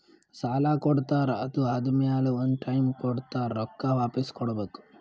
ಸಾಲಾ ಕೊಡ್ತಾರ್ ಅದು ಆದಮ್ಯಾಲ ಒಂದ್ ಟೈಮ್ ಕೊಡ್ತಾರ್ ರೊಕ್ಕಾ ವಾಪಿಸ್ ಕೊಡ್ಬೇಕ್